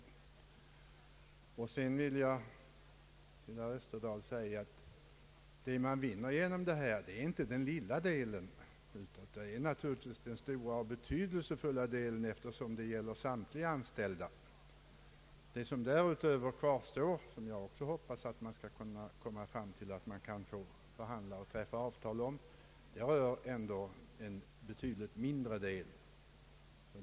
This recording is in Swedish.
Till herr Österdahl vill jag säga, att vad man vinner genom detta inte är den lilla delen, utan det är den stora och betydelsefulla delen, eftersom det gäller samtliga anställda. Vad som därutöver kvarstår och som jag hoppas att man kan få rätt att träffa avtal om, rör dock en betydligt mindre del.